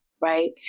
right